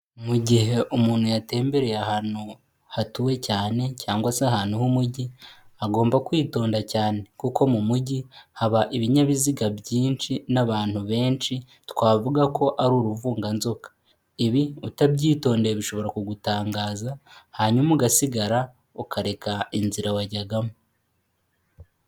Mu gihe umuntu yatembereye ahantu hatuwe cyane cyangwa se ahantu h'umujyi, agomba kwitonda cyane kuko mu mujyi haba ibinyabiziga byinshi n'abantu benshi twavuga ko ari uruvunganzoka. Ibi utabyitondeye bishobora kugutangaza hanyuma ugasigara ukareka inzira wajyagamo.